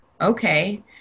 Okay